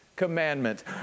Commandments